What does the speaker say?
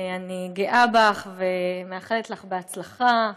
אני גאה בך ומאחלת לך הצלחה,